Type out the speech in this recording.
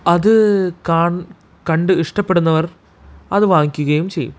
അത് കണ്ട് ഇഷ്ടപ്പെടുന്നവർ അത് വാങ്ങിക്കുകയും ചെയ്യും